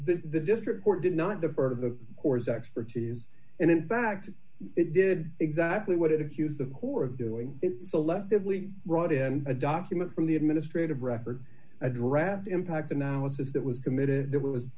the district court did not the part of the course expertise and in fact it did exactly what it accused the corps of doing it selectively brought in a document from the administrative record a draft impact analysis that was committed that